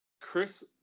Chris